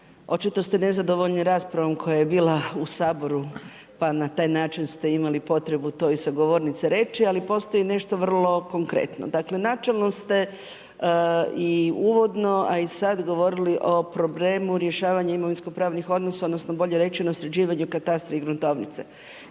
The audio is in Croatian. Očito ste nezadovoljni raspravom koja je bila u Saboru pa na taj način ste imali potrebu to i sa govornice reći, ali postoji nešto vrlo konkretno. Dakle načelno ste i uvodno, a i sad govorili o problemu rješavanje imovinsko pravnih odnosa, odnosno bolje rečeno sređivanje katastra i gruntovnice.